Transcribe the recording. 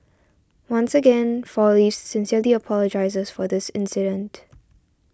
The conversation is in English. once again Four Leaves sincerely apologises for this incident